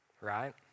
Right